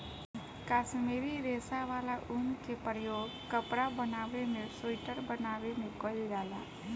काश्मीरी रेशा वाला ऊन के प्रयोग कपड़ा बनावे में सुइटर बनावे में कईल जाला